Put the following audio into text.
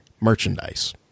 merchandise